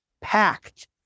packed